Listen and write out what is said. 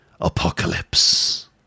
Apocalypse